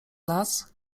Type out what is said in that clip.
las